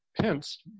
Pence